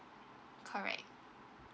correct